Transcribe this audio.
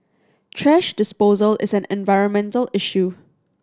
thrash disposal is an environmental issue